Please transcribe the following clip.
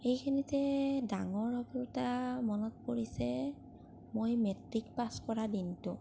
এইখিনিতে ডাঙৰ সফলতা মনত পৰিছে মই মেট্ৰিক পাছ কৰা দিনটো